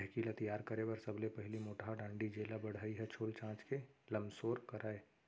ढेंकी ल तियार करे बर सबले पहिली मोटहा डांड़ी जेला बढ़ई ह छोल चांच के लमसोर करय